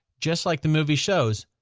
just like the movie shows,